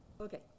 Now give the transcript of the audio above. Okay